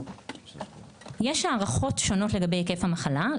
יש הערכות שונות לגבי היקף המחלה.